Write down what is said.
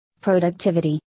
productivity